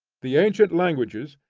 the ancient languages,